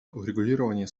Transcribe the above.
урегулирование